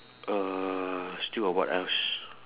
uh still got what else